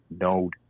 node